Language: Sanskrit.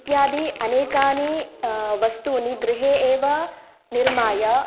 इत्यादि अनेकानि वस्तूनि गृहे एव निर्माय